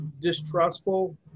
distrustful